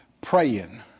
praying